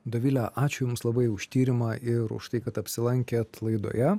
dovile ačiū jums labai už tyrimą ir už tai kad apsilankėt laidoje